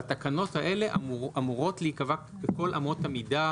בתקנות האלה אמורות להיקבע כל אמות המידה,